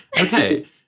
Okay